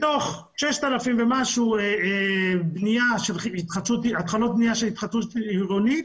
מתוך 6,000 ומשהו התחלות בנייה של התחדשות עירונית,